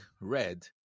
red